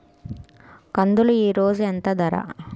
కందులు ఈరోజు ఎంత ధర?